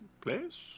Place